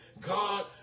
God